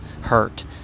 hurt